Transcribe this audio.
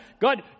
God